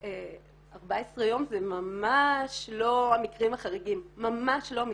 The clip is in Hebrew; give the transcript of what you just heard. ש-14 יום זה ממש לא המקרים החריגים, ממש לא.